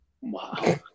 Wow